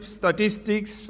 statistics